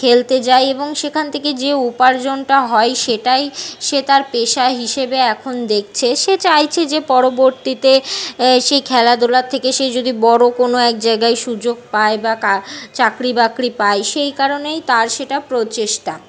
খেলতে যায় এবং সেখান থেকে যে উপার্জনটা হয় সেটাই সে তার পেশা হিসেবে এখন দেখছে সে চাইছে যে পরবর্তীতে সেই খেলাধুলার থেকে সে যদি বড় কোনো এক জায়গায় সুযোগ পায় বা চাকরি বাকরি পায় সেই কারণেই তার সেটা প্রচেষ্টা